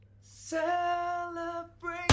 Celebrate